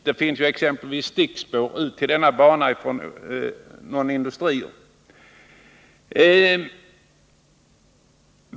Det finns t.ex. stickspår till denna bana från industrier.